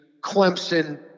Clemson